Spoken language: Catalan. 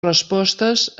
respostes